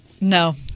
No